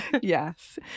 Yes